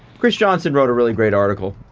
chris johnston wrote a really great article.